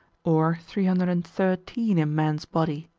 or three hundred and thirteen in man's body.